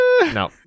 No